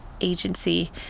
agency